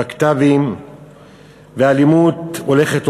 בק"תבים ואלימות הולכת ומחריפה.